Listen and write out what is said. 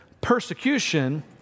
persecution